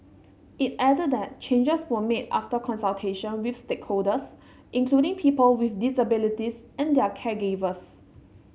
it added that changes were made after consultation with stakeholders including people with disabilities and their caregivers